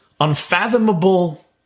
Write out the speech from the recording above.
unfathomable